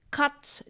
cuts